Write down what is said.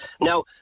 Now